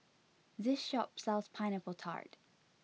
this shop sells Pineapple Tart